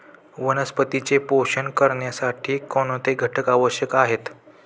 वनस्पतींचे पोषण करण्यासाठी कोणते घटक आवश्यक आहेत?